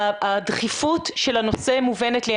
הדחיפות של הנושא מובנת לי,